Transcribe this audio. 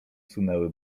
sunęły